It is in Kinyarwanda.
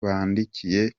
bandikiye